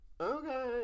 Okay